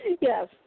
yes